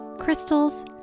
crystals